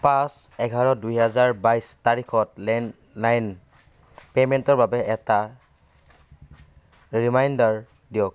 পাঁচ এঘাৰ দুই হাজাৰ বাইছ তাৰিখত লেণ্ডলাইন পে'মেণ্টৰ বাবে এটা ৰিমাইণ্ডাৰ দিয়ক